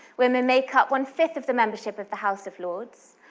women make up one fifth of the membership of the house of lords.